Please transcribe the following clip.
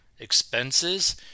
Expenses